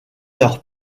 leur